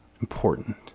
important